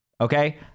Okay